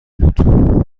بود